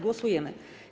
Głosujemy.